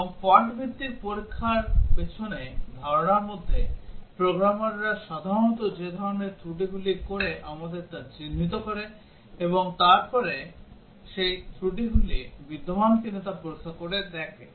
এবং ফল্ট ভিত্তিক পরীক্ষার পিছনে ধারণার মধ্যে প্রোগ্রামাররা সাধারণত যে ধরনের ত্রুটিগুলি করে আমরা তা চিহ্নিত করি এবং তারপরে সেই ত্রুটিগুলি বিদ্যমান কিনা তা পরীক্ষা করে দেখি